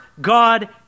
God